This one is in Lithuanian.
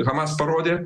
hamas parodė